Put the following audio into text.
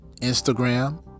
Instagram